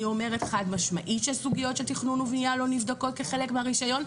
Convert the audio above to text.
אני אומרת חד משמעית שסוגיות של תכנון ובנייה לא נבדקות כחלק מהרישיון.